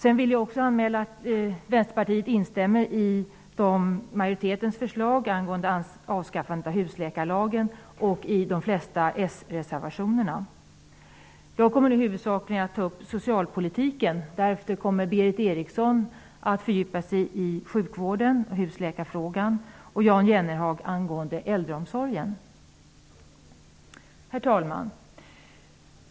Jag vill också anmäla att Vänsterpartiet instämmer i majoritetens förslag angående avskaffandet av husläkarlagen och i de flesta s-reservationerna. Jag kommer nu huvudsakligen att ta upp socialpolitiken. Därefter kommer Berith Eriksson att fördjupa sig i sjukvården och husläkarfrågan och Jan Jennehag i äldreomsorgen. Herr talman!